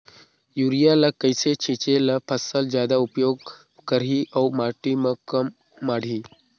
Urea ल कइसे छीचे ल फसल जादा उपयोग करही अउ माटी म कम माढ़ही?